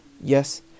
Yes